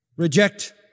reject